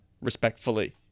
respectfully